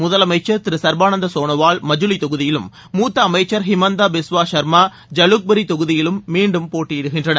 முதலமைச்சர் திரு சர்பானந்த சோனோவால் மஜுவி தொகுதியிலும் மூத்த அமைச்சர் ஹிமந்தா பிஸ்வா சர்மா ஜலுக்பரி தொகுதியிலும் மீண்டும் போட்டியிடுகின்றனர்